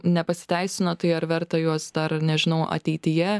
nepasiteisino tai ar verta juos dar nežinau ateityje